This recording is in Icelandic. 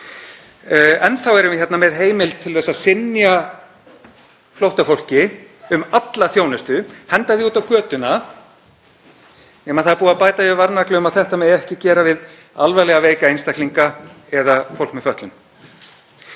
Enn erum við hér með heimild til að synja flóttafólki um alla þjónustu, henda því út á götuna nema það er búið að bæta við varnagla um að það megi ekki gera við alvarlega veika einstaklinga eða fólk með fötlun.